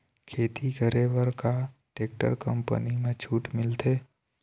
खेती करे बर का टेक्टर कंपनी म छूट मिलथे?